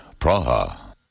Praha